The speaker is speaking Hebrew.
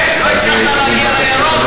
לא הספקתי להצביע.